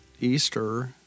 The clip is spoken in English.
Easter